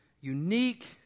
unique